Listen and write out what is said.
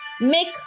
make